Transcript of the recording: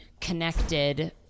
connected